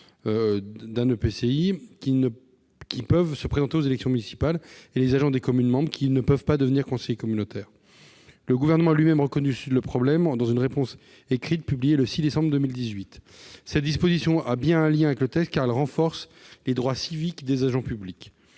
de l'EPCI, qui peuvent se présenter aux élections municipales, et ceux des communes membres, qui ne peuvent pas devenir conseillers communautaires. Le Gouvernement a lui-même reconnu le problème, dans une réponse écrite publiée le 6 décembre 2018. Cette disposition a bien un lien avec le texte, car elle renforce les droits civiques des agents publics.